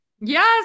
Yes